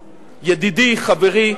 ידידי, חברי,